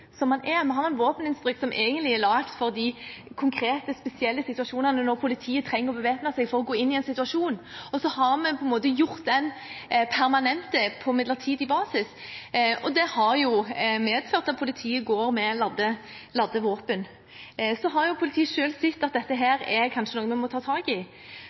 som nå. Vi har en våpeninstruks som egentlig er laget for de konkrete, spesielle situasjonene, når politiet trenger å bevæpne seg for å gå inn i en situasjon. Så har vi gjort den permanent på midlertidig basis, og det har medført at politiet går med ladde våpen. Så har politiet selv sett at dette kanskje er noe man må ta tak i,